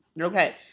Okay